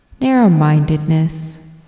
narrow-mindedness